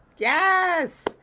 Yes